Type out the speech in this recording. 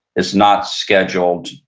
it's not scheduled.